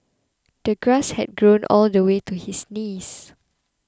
the grass had grown all the way to his knees